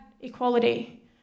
equality